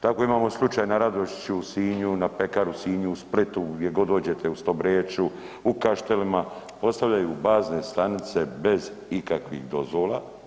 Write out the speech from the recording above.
Tako imamo slučaj na Radošću u Sinju, na pekari u Sinju, Splitu gdje god dođete u Stobreču, u Kaštelima postavljaju bazne stanice bez ikakvih dozvola.